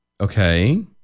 Okay